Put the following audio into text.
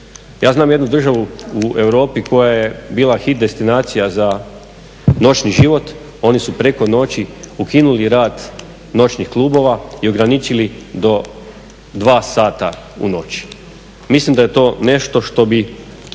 Ja znam jednu državu u Europi koja je bila hit destinacija za noćni život, oni su preko noći ukinuli rad noćnih klubova i ograničili do 2 sata u noći. Mislim da je to nešto o čemu